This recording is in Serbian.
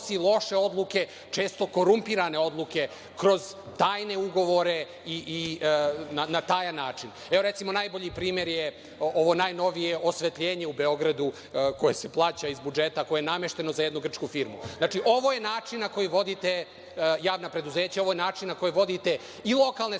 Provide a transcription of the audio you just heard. loše odluke, često korumpirane odluke kroz tajne ugovore i na tajan način. Evo, recimo, najbolji primer je ovo najnovije osvetljenje u Beogradu koje se plaća iz budžeta, to je namešteno za jednu grčku firmu. Znači, ovo je način na koji vodite javna preduzeća, ovo je način na koji vodite i lokalne